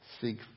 seek